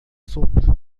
sobre